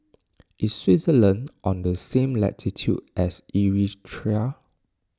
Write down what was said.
is Switzerland on the same latitude as Eritrea